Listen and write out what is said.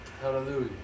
Hallelujah